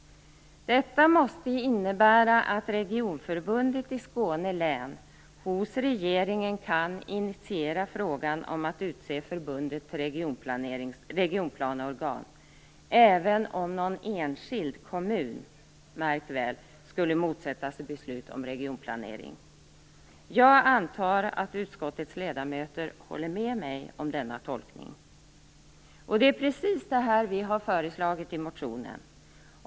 Detta måste innebära att regionförbundet i Skåne län hos regeringen kan initiera frågan om att utse förbundet till regionplaneorgan även om någon enskild kommun - märk väl! - skulle motsätta sig beslut om regionplanering. Jag antar att utskottets ledamöter håller med mig om denna tolkning, och det är precis det här vi har föreslagit i motionen.